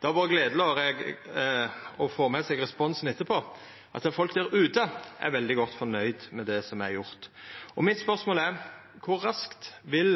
Det har vore gledeleg å få med seg responsen etterpå – folk der ute er veldig godt fornøgde med det som er gjort. Mitt spørsmål er: Kor raskt vil